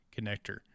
connector